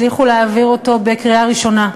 הצליחו להעביר אותו בקריאה ראשונה,